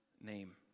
name